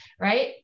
right